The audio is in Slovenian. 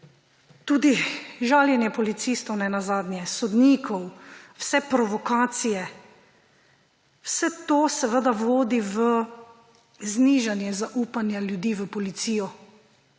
tudi žaljenje policistov nenazadnje, sodnikov, vse provokacije, vse to seveda vodi v znižanje zaupanja ljudi v policijo,